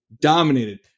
Dominated